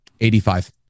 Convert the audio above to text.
eighty-five